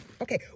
Okay